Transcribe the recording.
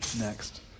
next